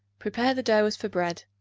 prepare the dough as for bread.